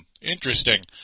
interesting